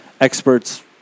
experts